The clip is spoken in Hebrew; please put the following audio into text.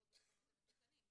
לפחות במקומות המתוקנים,